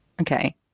Okay